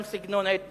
גם סגנון ההתבטאות,